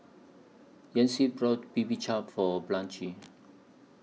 Yancy bought Bibimbap For Blanche